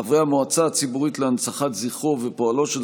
חברי המועצה הציבורית להנצחת זכרו ופועלו של